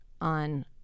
on